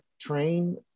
train